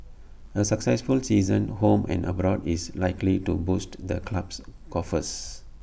A successful season home and abroad is likely to boost the club's coffers